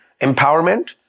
Empowerment